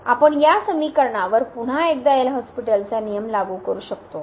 तर आपण या समीकरणावर पुन्हा एकदा एल हॉस्पिटलचा नियम लागू करू शकतो